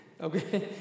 okay